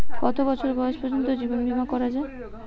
কত বছর বয়স পর্জন্ত জীবন বিমা করা য়ায়?